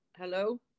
hello